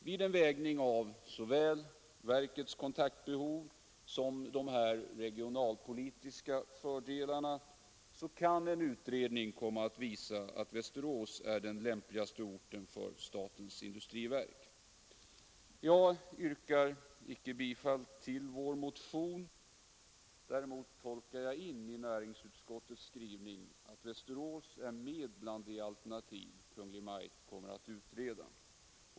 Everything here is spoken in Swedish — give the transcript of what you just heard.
Vid en vägning av såväl verkets kontaktbehov som dessa regionalpolitiska fördelar, kan en utredning komma att visa, att Västerås är den lämpligaste orten för statens industriverk. Jag yrkar icke bifall till vår motion. Däremot tolkar jag in i näringsutskottets skrivning att Västerås är med bland de alternativ Kungl. Maj:t kommer att utreda.